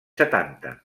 setanta